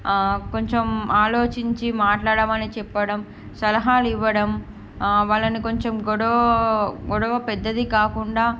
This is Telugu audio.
ఆ కొంచెం ఆలోచించి మాట్లాడమని చెప్పడం సలహాలు ఇవ్వడం వాళ్ళను కొంచెం గొడవ పెద్దది కాకుండా